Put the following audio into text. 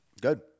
Good